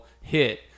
hit